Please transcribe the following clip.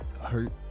hurt